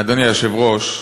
אדוני היושב-ראש,